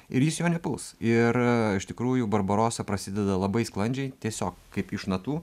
ir jis jo nepuls ir iš tikrųjų barbarosa prasideda labai sklandžiai tiesiog kaip iš natų